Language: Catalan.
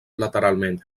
lateralment